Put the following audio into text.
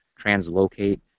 translocate